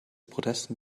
protesten